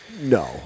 no